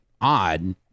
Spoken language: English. odd